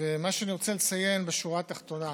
ומה שאני רוצה לציין בשורה התחתונה,